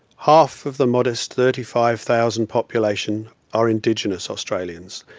half of the modest thirty five thousand population are indigenous australians,